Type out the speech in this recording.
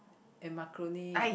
and macaroni